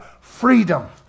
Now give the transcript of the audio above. Freedom